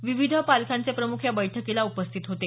विविध पालख्यांचे प्रमुख या बैठकीला उपस्थित होते